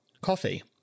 coffee